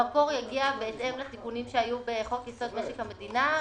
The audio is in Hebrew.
המקור יגיע בהתאם לתיקונים שהיו בחוק יסוד: משק המדינה,